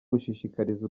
gushishikariza